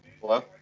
Hello